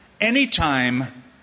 anytime